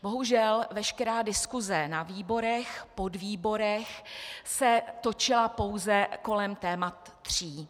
Bohužel veškerá diskuse na výborech, podvýborech se točila pouze kolem témat tří.